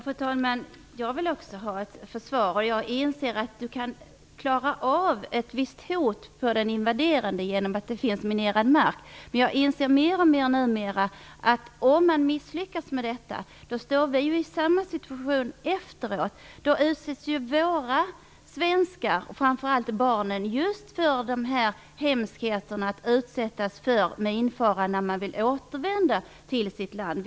Fru talman! Jag vill också ha ett försvar. Jag inser att vi kan klara av ett visst hot från den invaderande genom att det finns minerad mark, men jag inser numera mer och mer att om man misslyckas med det står vi efteråt i en situation där våra svenska barn utsätts för minfara när de vill återvända till sitt land.